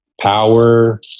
Power